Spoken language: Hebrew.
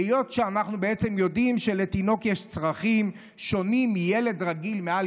היות שאנחנו יודעים שלתינוק יש צרכים שונים מילד רגיל מעל